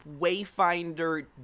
wayfinder